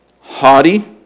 haughty